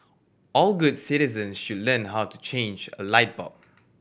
all good citizens should learn how to change a light bulb